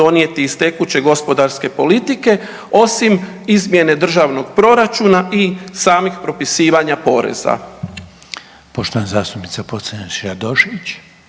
donijeti iz tekuće gospodarske politike osim izmjene državnog proračuna i samih propisivanja poreza.